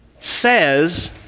says